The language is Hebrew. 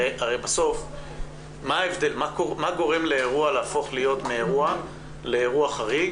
הרי בסוף מה גורם לאירוע להפוך להיות מאירוע לאירוע חריג,